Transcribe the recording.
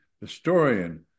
historian